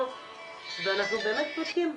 אנחנו באמת בודקים.